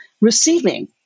receiving